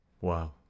Wow